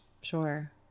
Sure